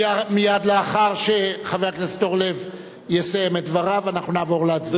מייד לאחר שחבר הכנסת אורלב יסיים את דבריו אנחנו נעבור להצבעה.